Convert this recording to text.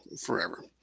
forever